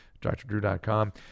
drdrew.com